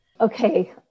Okay